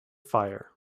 fire